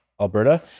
Alberta